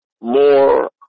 more